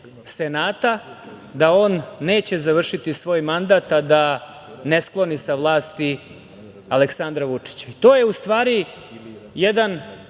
Senata, da on neće završiti svoj mandat, a da ne skloni sa vlasti Aleksandra Vučića. To je u stvari jedan